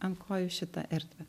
ant kojų šitą erdvę